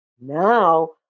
now